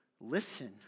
Listen